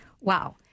Wow